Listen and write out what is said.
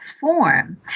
form